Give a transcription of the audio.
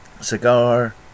cigar